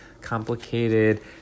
complicated